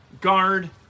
guard